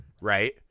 right